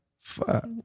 Fuck